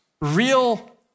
real